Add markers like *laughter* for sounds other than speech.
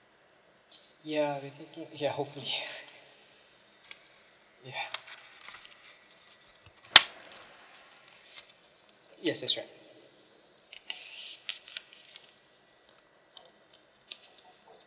yeah we're thinking ya hopefully *laughs* yeah yes that's right